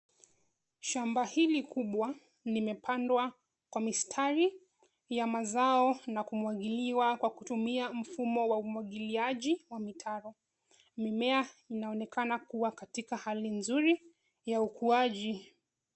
Shamba hili kubwa limepandwa kwa mistari ya mazao na kumwagiliwa kwa kutumia mfumo wa umwagiliaji wa mitaro. Mimea inaonekana kuwa katika hali nzuri ya ukuaji.